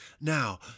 Now